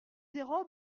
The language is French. dérobe